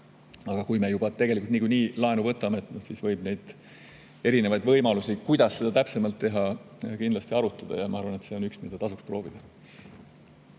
aga kui me tegelikult juba niikuinii laenu võtame, siis võib neid erinevaid võimalusi, kuidas seda täpselt teha, kindlasti arutada. Ma arvan, et see on üks asi, mida tasub proovida.